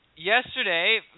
Yesterday